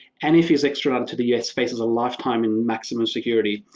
and if he's extradited to the us faces a lifetime in maximum security,